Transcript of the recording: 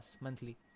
monthly